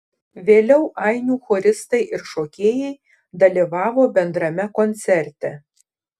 vėliau ainių choristai ir šokėjai dalyvavo bendrame koncerte